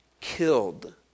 killed